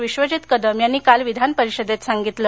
विश्वजित कदम यांनी काल विधानपरिषदेत सांगितल